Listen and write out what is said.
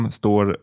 står